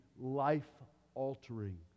life-altering